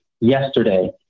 yesterday